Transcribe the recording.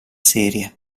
serie